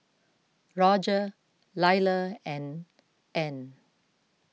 Rodger Lyla and Ann